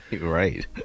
Right